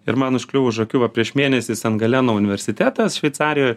ir man užkliuvo už akių va prieš mėnesį san galeno universitetas šveicarijoj